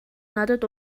надад